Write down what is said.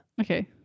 Okay